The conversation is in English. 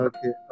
Okay